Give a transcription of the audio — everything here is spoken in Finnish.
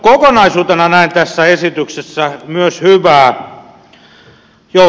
kokonaisuutena näen tässä esityksessä myös hyvää